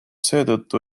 seetõttu